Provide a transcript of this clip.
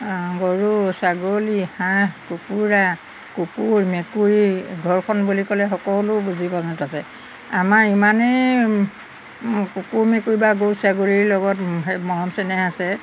গৰু ছাগলী হাঁহ কুকুৰা কুকুৰ মেকুৰী ঘৰখন বুলি ক'লে সকলো জীৱ জন্তু আছে আমাৰ ইমানেই কুকুৰ মেকুৰী বা গৰু ছাগলীৰ লগত সেই মৰম চেনেহ আছে